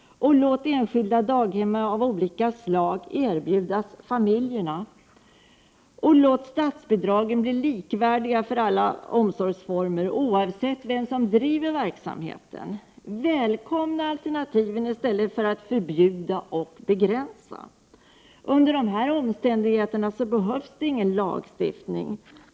Låt enskilda daghem av olika slag erbjuda familjerna barnomsorg. Låt statsbidragen bli likvärdiga för alla omsorgsformer, oavsett vem som driver verksamheten. Välkomna alternativen i stället för att förbjuda och begränsa dem. Under sådana omständigheter behövs det ingen lagstiftning.